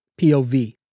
POV